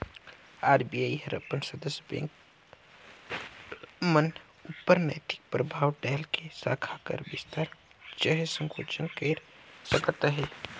RBI हर अपन सदस्य बेंक मन उपर नैतिक परभाव डाएल के साखा कर बिस्तार चहे संकुचन कइर सकत अहे